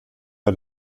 bei